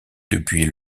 depuis